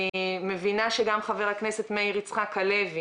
אני מבינה שגם חבר הכנסת מאיר יצחק הלוי